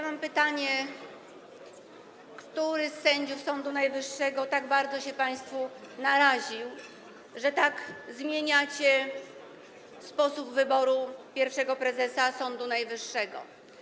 Mam pytanie, który z sędziów Sądu Najwyższego tak bardzo się państwu naraził, że tak zmieniacie sposób wyboru pierwszego prezesa Sądu Najwyższego.